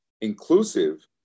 inclusive